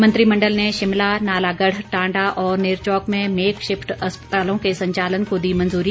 मंत्रिमंडल ने शिमला नालागढ़ टांडा और नेरचौक में मेक शिफ्ट अस्पतालों के संचालन को दी मंजूरी